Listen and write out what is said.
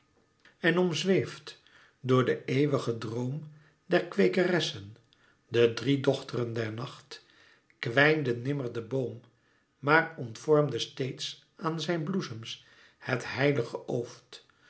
en omzweefd door den eeuwigen droom der kweekeressen de drie dochteren der nacht kwijnde nimmer de boom maar ontvormde steeds aan zijn bloesems het heilige ooft